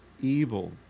evil